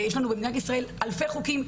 יש לנו במדינת ישראל אלפי חוקים,